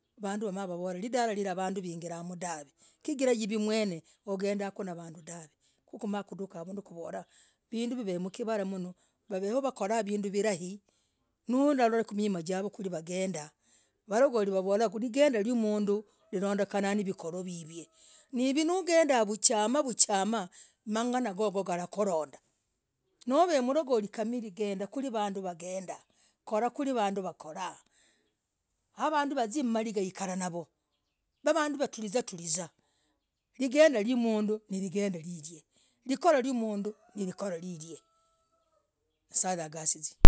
Vanduu navolah lindalah hira vanduu wangilah dahv chigirah iv mwene hugendelera vanduu dahv kukuduka avunduu nakuvolah vinduu kivemkivalah monoh nalora vanduu wagendah varagoli wavolah kuligendo limnduu lilondekenah vikhoro vivie hiv naugendaa vuchaama vuchaama mang'ana gogo kakurondaa novemlogoli kamili genivanduu wegendaa korakulivanduu wakorah havanduu wazie mmaligah hikaranavoo nanduu nawatrizah triza lingenda limnduu nilingenda lir. likorah limnduu nilikora lir nye'sa agazisi.